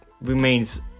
remains